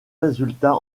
résultats